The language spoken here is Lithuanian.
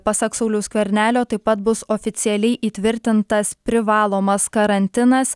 pasak sauliaus skvernelio taip pat bus oficialiai įtvirtintas privalomas karantinas